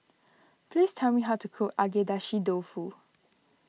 please tell me how to cook Agedashi Dofu